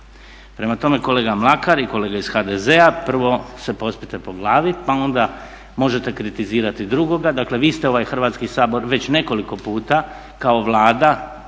Prema tome, kolega Mlakar i kolege iz HDZ-a prvo se pospite po glavi pa onda možete kritizirati drugoga. Dakle, vi ste ovaj Hrvatski sabor već nekoliko puta kao Vlada